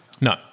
No